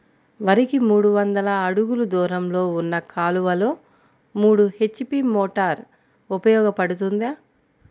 వరికి మూడు వందల అడుగులు దూరంలో ఉన్న కాలువలో మూడు హెచ్.పీ మోటార్ ఉపయోగపడుతుందా?